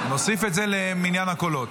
נוסיף את זה למניין הקולות.